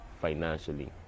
financially